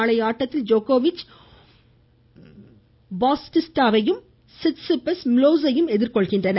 நாளைய ஆட்டத்தில் ஜோக்கோவிச் பாட்டிஸ்டாவையும் சிட்சிபஸ் மிலோசையும் எதிர்கொள்கின்றனர்